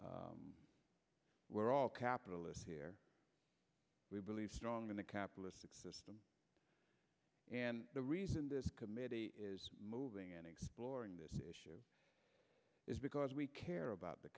we're all capitalists here we believe strongly in the capitalistic system and the reason this committee is moving and exploring this issue is because we care about the